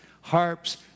harps